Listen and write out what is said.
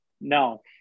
no